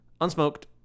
unsmoked